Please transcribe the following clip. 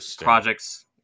projects